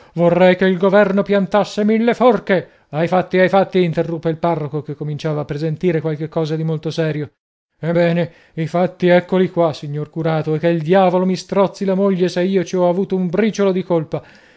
vorrei che il governo piantasse mille forche ai fatti ai fatti interruppe il parroco che cominciava a presentire qualche cosa di molto serio ebbene i fatti eccoli qua signor curato e che il diavolo mi strozzi la moglie se io ci ho avuto un briciolo di colpa